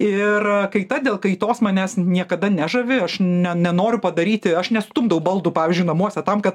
ir kaita dėl kaitos manęs niekada nežavi aš ne nenoriu padaryti aš nestumdau baldų pavyžiui namuose tam ka